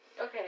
Okay